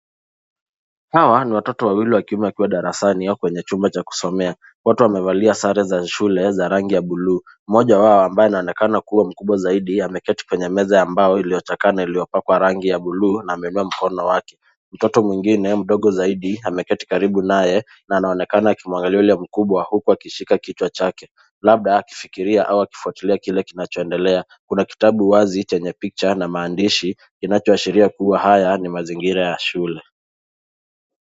Hawa ni watoto wawili wa kiume wakiwa darasani au kwenye chumba cha kusomea. Wote wamevalia sare za shule za rangi ya bluu. Mmoja wao ambaye anaonekana kuwa mkubwa zaidi, ameketi kwenye meza ambayo iliyochakana iliyopakwa rangi ya bluu, na ameinua mkono wake. Mtoto mwingine, mdogo zaidi, ameketi karibu naye, na anaonekana akimwangalia yule mkubwa, huku akishika kichwa chake. Labda akifikiria au akifuatilia kile kinachoendelea. Kuna kitabu wazi, chenye picha na maandishi, kinachoashiria kuwa haya ni mazingira ya shule.